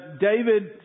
David